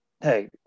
Hey